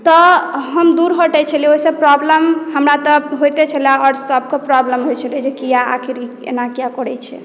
तऽ हम दूर हटै छलियै ओहिसँ प्रॉब्लम हमरा तऽ होइते छलै आओर सभके प्रॉब्लम होइ छलै जे कीया आखिर ई ऐना कियाक करै छै